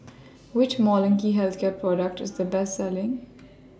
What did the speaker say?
Which Molnylcke Health Care Product IS The Best Selling